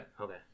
Okay